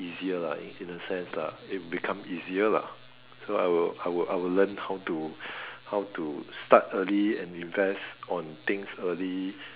easier lah in a sense lah it become easier lah so I will I will I will learn how to how to start early and invest on things early